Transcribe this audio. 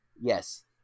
Yes